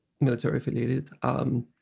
military-affiliated